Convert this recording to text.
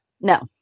no